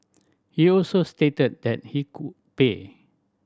he also stated that he could pay